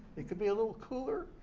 it could be a little cooler,